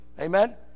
Amen